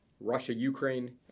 Russia-Ukraine